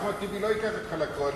אחמד טיבי לא ייקח אותך לקואליציה,